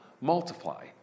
multiply